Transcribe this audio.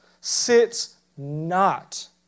sits—not